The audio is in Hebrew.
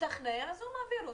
ישתכנע אז הוא מעביר אותו.